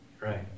Right